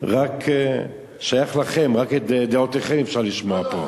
שרק שייך לכם ורק את דעותיכם אפשר לשמוע פה.